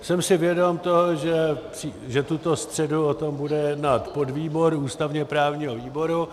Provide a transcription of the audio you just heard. Jsem si vědom toho, že tuto středu o tom bude jednat podvýbor ústavněprávního výboru.